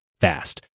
fast